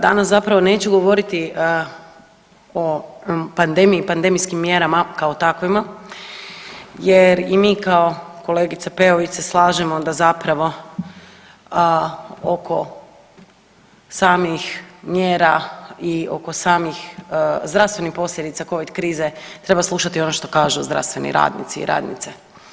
Danas zapravo neću govoriti o pandemiji i pandemijskim mjerama kao takvima jer i mi kao kolegica Peović se slažemo da zapravo oko samih mjera i oko samih zdravstvenih posljedica covid krize treba slušati ono što kažu zdravstveni radnici i radnice.